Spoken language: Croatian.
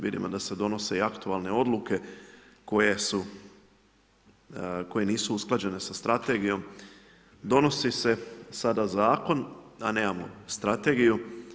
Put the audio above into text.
Vidimo da se donose i aktualne odluke koje nisu usklađene sa strategijom, donosi se sada zakon, a nemamo strategiju.